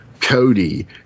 Cody